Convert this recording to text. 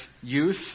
youth